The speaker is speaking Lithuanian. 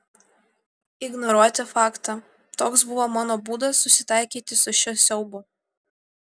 ignoruoti faktą toks buvo mano būdas susitaikyti su šiuo siaubu